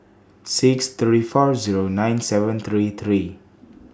six three four Zero nine seven three three